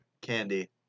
candy